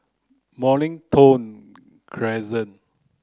Mornington Crescent